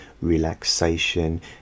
relaxation